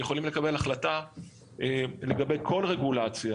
יכולים לקבל החלטה לגבי כל רגולציה,